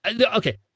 okay